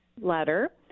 letter